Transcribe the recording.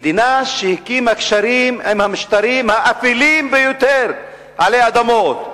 מדינה שהקימה קשרים עם המשטרים האפלים ביותר עלי אדמות,